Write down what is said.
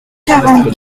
quarante